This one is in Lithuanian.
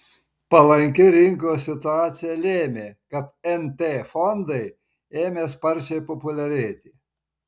palanki rinkos situacija lėmė kad nt fondai ėmė sparčiai populiarėti